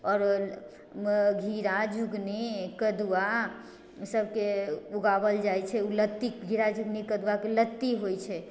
आओर घेरा झिङ्गुली कदुआ ओहि सबके उगाओल जाइ छै लत्ती घेरा झिङ्गुली कदुआके लत्ती होइ छै